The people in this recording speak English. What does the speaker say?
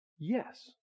Yes